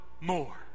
more